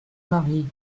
marie